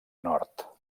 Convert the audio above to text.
nord